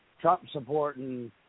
Trump-supporting